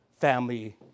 family